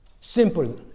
Simple